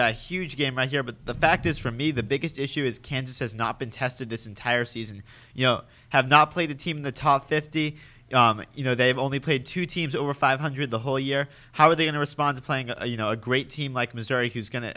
got huge game right here but the fact is for me the biggest issue is kansas has not been tested this entire season you know have not played the team the top fifty you know they've only played two teams over five hundred the whole year how are they gonna respond to playing you know a great team like missouri who's going to